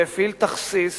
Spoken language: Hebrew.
שהפעיל תכסיס